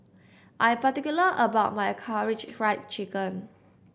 I'm particular about my Karaage Fried Chicken